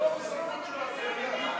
חוק ומשפט נתקבלה.